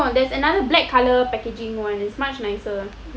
no there's another black colour packaging [one] is much nicer